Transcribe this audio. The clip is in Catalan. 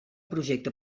projecte